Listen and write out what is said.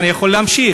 ואני יכול להמשיך.